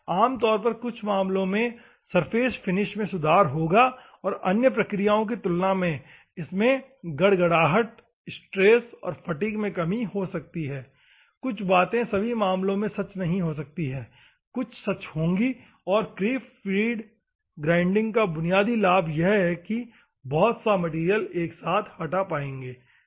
आम तौर पर कुछ मामलों में सरफेस फिनिश में सुधार होगा और अन्य प्रक्रियाओं की तुलना में इसमें गड़गड़ाहट स्ट्रेस और फटीग में कम हो सकती है कुछ बाते सभी मामलों में सच नहीं हो सकती हैं कुछ सच होंगी और क्रीप फीड ग्राइंडिंग का बुनियादी लाभ है की इससे बहुत सा मैटेरियल एक साथ हटा पाएंगे ठीक है